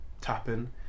tapping